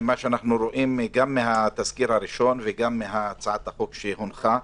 ממה שאנחנו רואים גם מהתזכיר הראשון וגם מהצעת החוק שהונחה,